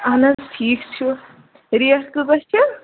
اہَن حظ ٹھیٖک چھُ ریٹ کۭژاہ چھِ